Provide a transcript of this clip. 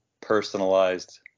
personalized